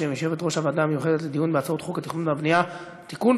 בשם יושבת-ראש הוועדה המיוחדת לדיון בהצעות חוק התכנון והבנייה (תיקון,